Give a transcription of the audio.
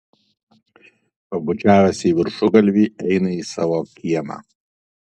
pabučiavęs į viršugalvį eina į savo kiemą